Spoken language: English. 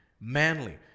manly